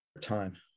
time